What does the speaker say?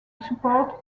support